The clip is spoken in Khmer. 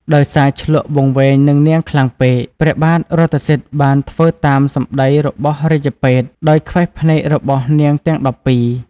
ដោយសារឈ្លក់វង្វេងនឹងនាងខ្លាំងពេក ព្រះបាទរថសិទ្ធិបានធ្វើតាមសម្តីរបស់រាជពេទ្យ ដោយខ្វេះភ្នែករបស់នាងទាំង១២។